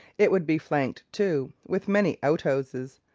it would be flanked, too, with many outhouses.